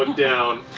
um down.